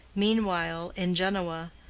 meanwhile, in genoa,